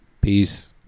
Peace